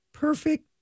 Perfect